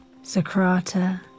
Socrata